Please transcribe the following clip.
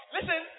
Listen